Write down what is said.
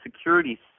security